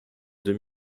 deux